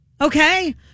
Okay